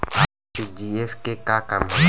RTGS के का काम होला?